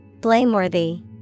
Blameworthy